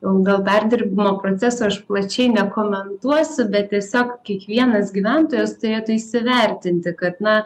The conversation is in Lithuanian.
jau gal perdirbimo procesą aš plačiai nekomentuosiu bet tiesiog kiekvienas gyventojas turėtų įsivertinti kad na